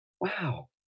Wow